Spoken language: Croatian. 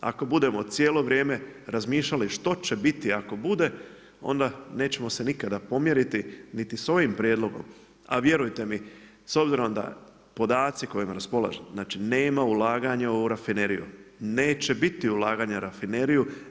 Ako budemo cijelo vrijeme razmišljali što će biti ako bude, onda nećemo se nikada pomjeriti niti s ovim prijedlogom, a vjerujte mi s obzirom da podaci s kojima raspolažemo, znači nema ulaganja u rafineriju, neće biti ulaganja u rafineriju.